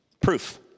proof